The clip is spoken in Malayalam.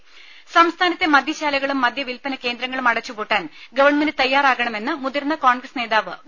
ദേദ സംസ്ഥാനത്തെ മദ്യശാലകളും മദ്യവിൽപ്പന കേന്ദ്രങ്ങളും അടച്ചുപൂട്ടാൻ ഗവൺമെന്റ് തയ്യാറാകണമെന്ന് മുതിർന്ന കോൺഗ്രസ് നേതാവ് വി